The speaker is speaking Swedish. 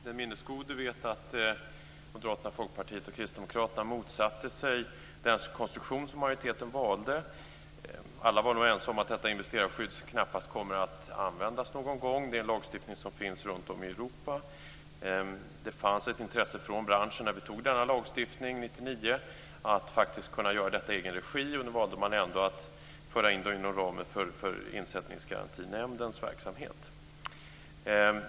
Den minnesgode vet att Moderaterna, Folkpartiet och Kristdemokraterna motsatte sig den konstruktion som majoriteten valde. Alla var ense om att detta investerarskydd knappast kommer att användas någon gång. Det är en lagstiftning som finns runtom i Europa. Det fanns ett intresse från branschen när denna lagstiftning antogs 1999 att kunna göra detta i egen regi, men man valde ändå att föra in det inom ramen för Insättningsgarantinämndens verksamhet.